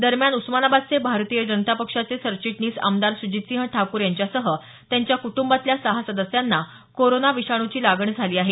दरम्यान उस्मानाबादचे भारतीय जनता पक्षाचे सरचिटणीस आमदार सुजितसिंह ठाकुर यांच्यासह त्यांच्या कुटुंबातल्या सहा सदस्यांना कोरोना विषाणूची लागण झाली आहे